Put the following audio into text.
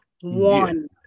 One